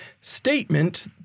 statement